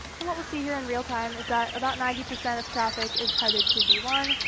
and what we'll see here in real time is that about ninety percent of traffic is headed to v one.